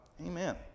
Amen